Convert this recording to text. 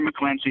McClancy